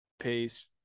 Peace